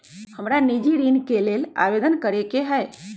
हमरा निजी ऋण के लेल आवेदन करै के हए